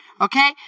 Okay